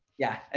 yeah, ah